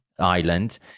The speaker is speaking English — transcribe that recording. Island